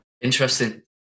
Interesting